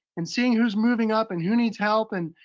and seeing who's moving up and who needs help, and